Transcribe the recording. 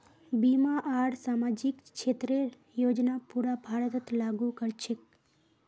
बीमा आर सामाजिक क्षेतरेर योजना पूरा भारतत लागू क र छेक